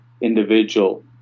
individual